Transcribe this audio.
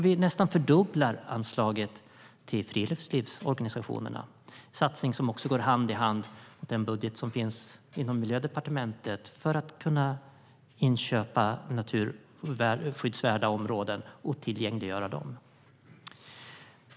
Vi nästan fördubblar anslaget till friluftslivsorganisationerna - en satsning som går hand i hand med den budget som finns inom Miljödepartementet för att kunna köpa skyddsvärda naturområden och tillgängliggöra dem.